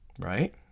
right